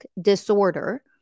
disorder